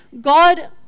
God